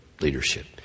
leadership